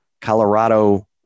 Colorado